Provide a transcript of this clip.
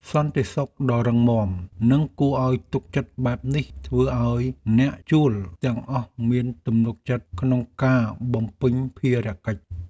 សន្តិសុខដ៏រឹងមាំនិងគួរឱ្យទុកចិត្តបែបនេះធ្វើឱ្យអ្នកជួលទាំងអស់មានទំនុកចិត្តក្នុងការបំពេញភារកិច្ច។